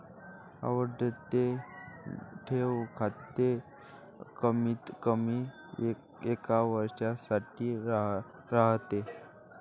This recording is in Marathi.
आवर्ती ठेव खाते कमीतकमी एका वर्षासाठी राहते